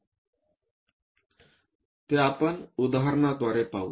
ते आपण उदाहरणाद्वारे पाहू